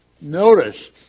notice